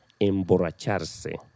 emborracharse